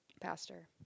pastor